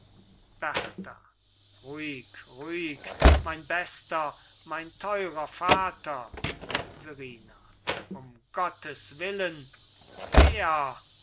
berta ruhig ruhig mein bester mein teurer vater verrina um gottes willen wer